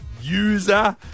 User